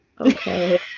okay